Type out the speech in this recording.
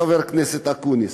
חבר הכנסת אקוניס.